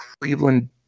Cleveland